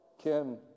Kim